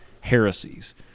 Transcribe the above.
heresies